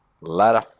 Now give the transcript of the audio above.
Later